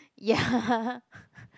ya